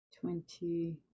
twenty